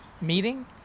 meeting